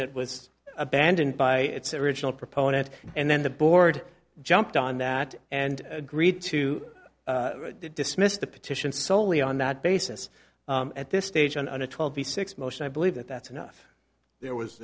that was abandoned by its original proponent and then the board jumped on that and agreed to dismiss the petition soley on that basis at this stage on a twelve b six motion i believe that that's enough there was